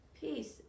Peace